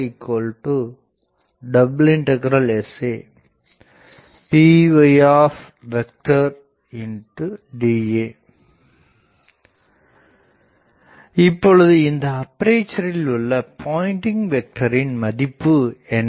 PrsaPy dA இப்பொழுது இந்த அப்பேசரில் உள்ள பாயிண்டிங்க் வெக்டரின் மதிப்பு என்ன